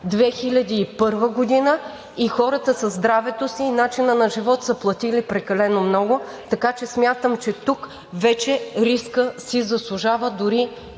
2001 г. и хората със здравето си и начина на живот са платили прекалено много, така че смятам, че тук вече рискът си заслужава. Дори